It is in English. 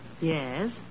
Yes